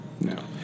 No